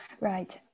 Right